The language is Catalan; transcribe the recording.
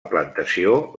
plantació